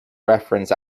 reference